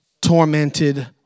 tormented